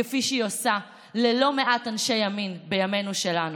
כפי שהיא עושה ללא מעט אנשי ימין בימינו שלנו.